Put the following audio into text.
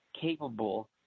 Capable